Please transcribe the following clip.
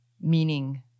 meaning